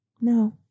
No